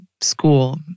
school